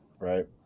right